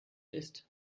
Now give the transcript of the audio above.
ist